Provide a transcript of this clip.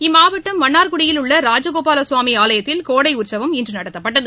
இம்மாவட்டம் மன்னார்குடியில் உள்ள ராஜகோபாலசுவாமி ஆலயத்தில் கோடை உற்சவம் இன்று நடத்தப்பட்டது